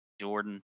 Jordan